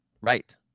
right